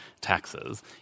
taxes